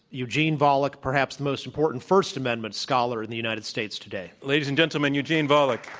eugene volokh, perhaps the most important first amendment scholar in the united states today. ladies and gentlemen, eugene volokh.